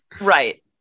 right